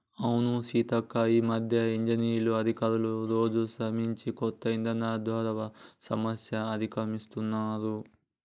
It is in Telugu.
అవును సీతక్క ఈ మధ్య ఇంజనీర్లు అధికారులు రోజు శ్రమించి కొత్త ఇధానాలు ద్వారా సమస్యలు అధిగమిస్తున్నారు